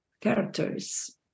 characters